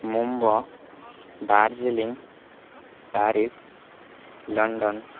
Mumba Darjeeling Paris London